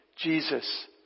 Jesus